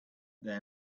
their